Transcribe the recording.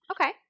Okay